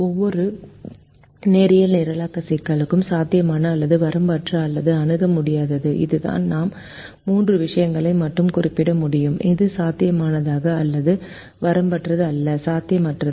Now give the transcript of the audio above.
ஒவ்வொரு நேரியல் நிரலாக்க சிக்கலும் சாத்தியமான அல்லது வரம்பற்ற அல்லது அணுக முடியாதது இதுதான் நான் மூன்று விஷயங்களை மட்டுமே குறிப்பிட முடியும் அது சாத்தியமான அல்லது வரம்பற்ற அல்லது சாத்தியமற்றது